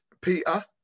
Peter